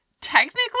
technically